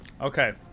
Okay